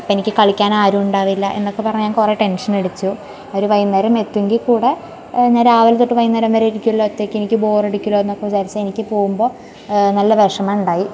അപ്പെനിക്ക് കളിക്കാൻ ആരുണ്ടാവില്ല എന്നക്കെ പറഞ്ഞ് കുറെ ടെൻഷനടിച്ചു അവർ വൈകുന്നേരം എത്തുമെങ്കിൽ കൂടി അന്നേരം രാവിലെ തൊട്ട് വൈകുന്നേരം വരെ ഇരിക്കുല്ലോ ഒറ്റക്ക് എനിക്ക് ബോറടിക്കുലോന്നൊക്കെ വിചാരിച്ച് എനിക്ക് പോകുമ്പം നല്ല വിഷമമുണ്ടായി